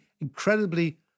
incredibly